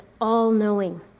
all-knowing